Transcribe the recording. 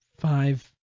Five